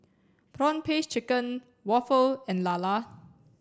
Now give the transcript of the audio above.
prawn paste chicken waffle and Lala